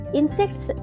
insects